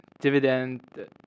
dividend